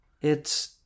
It's